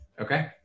Okay